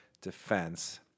defense